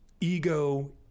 ego